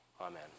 Amen